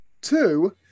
Two